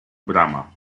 brama